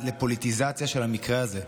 לפוליטיזציה של המקרה הזה.